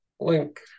link